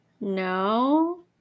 no